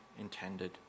intended